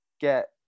get